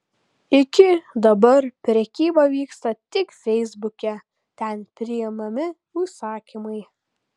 iki dabar prekyba vyksta tik feisbuke ten priimami užsakymai